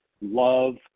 love